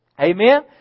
Amen